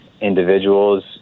individuals